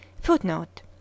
Footnote